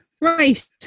Right